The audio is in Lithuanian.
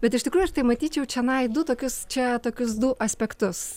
bet iš tikrųjų aš tai matyčiau čionai du tokius čia tokius du aspektus